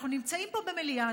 אנחנו נמצאים פה במליאה,